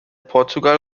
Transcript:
portugal